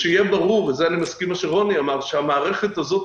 ושיהיה ברור ובזה אני מסכים עם מה שרוני אלשייך אמר שהמערכת הזאת,